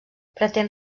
pretén